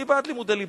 אני בעד לימודי ליבה.